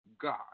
God